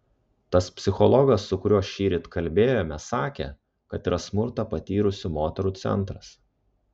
tas psichologas su kuriuo šįryt kalbėjome sakė kad yra smurtą patyrusių moterų centras